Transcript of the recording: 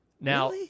Now